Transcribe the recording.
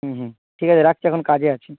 হুম হুম ঠিক আছে রাখছি এখন কাজে আছি